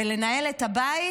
בלנהל את הבית?